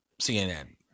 CNN